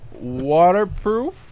waterproof